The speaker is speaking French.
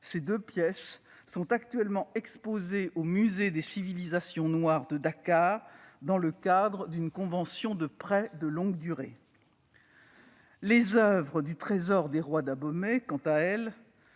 ces deux pièces sont actuellement exposées au musée des civilisations noires de Dakar dans le cadre d'une convention de prêt de longue durée. Les oeuvres du trésor des rois d'Abomey, quant à elles,